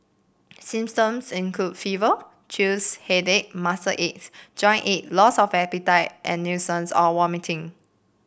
symptoms include fever chills headache muscle aches joint ache loss of appetite and nausea or vomiting